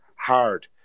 hard